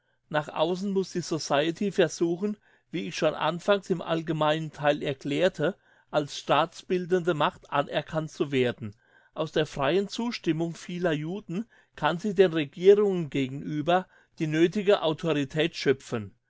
nach aussen muss die society versuchen wie ich schon anfangs im allgemeinen theil erklärte als staatsbildende macht anerkannt zu werden aus der freien zustimmung vieler juden kann sie den regierungen gegenüber die nöthige autorität schöpfen